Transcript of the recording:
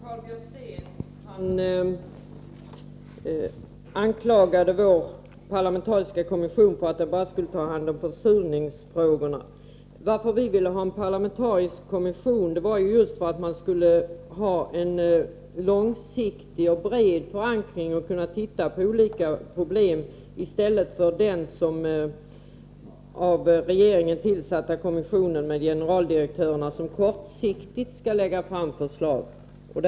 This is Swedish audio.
Herr talman! Karl Björzén anklagade oss för att den av oss föreslagna parlamentariska kommissionen bara skulle ta hand om försurningsfrågorna. Anledningen till att vi vill ha en parlamentarisk kommission är just att vi vill ha en långsiktig behandling och en bred förankring. Vi vill ha en annan kommission som kan se på dessa problem i stället för den av regeringen tillsatta kommissionen med generaldirektörer, som skall lägga fram förslag med kortsiktig effekt.